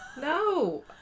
No